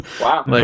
wow